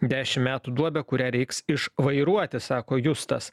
dešimt metų duobę kurią reiks iš vairuoti sako justas